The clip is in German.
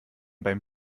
beim